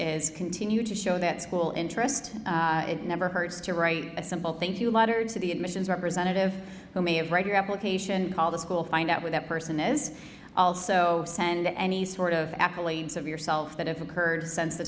is continue to show that school interest it never hurts to write a simple thank you letter to the admissions representative who may have read your application call the school find out where that person is also send any sort of accolades of yourself that have occurred since the